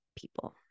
people